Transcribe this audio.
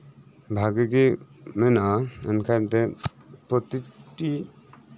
ᱵᱷᱟᱹᱜᱤ ᱢᱮᱱᱟᱜᱼᱟ ᱢᱮᱱᱠᱷᱟᱱ ᱯᱨᱚᱛᱤᱴᱤ